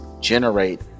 generate